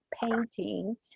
painting